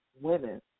women